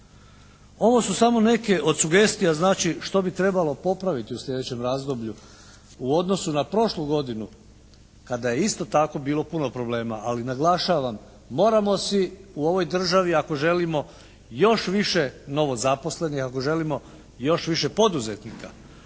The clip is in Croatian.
Ovo su samo neke od sugestija, znači što bi trebalo popraviti u sljedećem razdoblju u odnosu na prošlu godinu kada je isto tako bilo puno problema. Ali naglašavam, moramo si u ovoj državi ako želimo još više novozaposlenih, ako želimo još više poduzetnika,